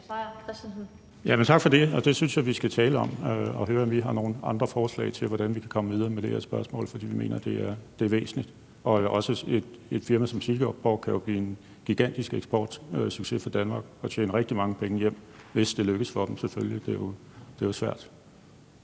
tak for det. Det synes jeg vi skal tale om og høre, om vi har nogle andre forslag til, hvordan vi kan komme videre med det her spørgsmål, for vi mener, det er væsentligt. Også et firma som Seaborg kan jo blive en gigantisk eksportsucces for Danmark og tjene rigtig mange penge hjem, hvis det lykkes for dem, for det er jo svært.